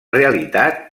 realitat